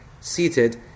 seated